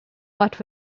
but